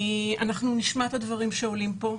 אנחנו נשמע את הדברים שעולים פה,